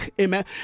amen